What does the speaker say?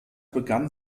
begann